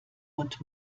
und